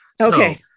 Okay